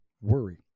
worry